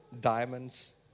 diamonds